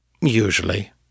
Usually